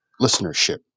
listenership